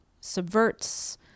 subverts